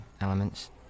elements